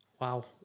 wow